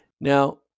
Now